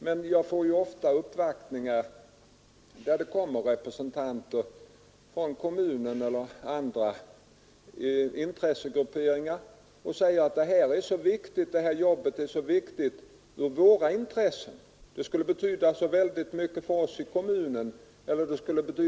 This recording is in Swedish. Jag får emellertid ofta uppvaktningar av representanter för kommuner eller intressegrupperingar som säger, att det här jobbet skulle betyda så väldigt mycket för oss.